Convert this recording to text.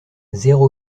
zéro